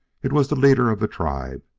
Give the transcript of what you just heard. it was the leader of the tribe,